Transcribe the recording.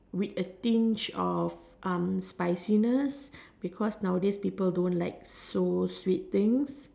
with a tinge of um spiciness because nowadays people don't like so sweet things